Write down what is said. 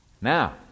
Now